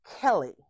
Kelly